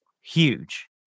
huge